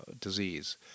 disease